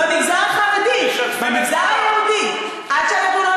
במגזר החרדי, במגזר היהודי, משתפים את